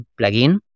plugin